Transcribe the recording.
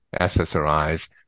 SSRIs